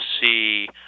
see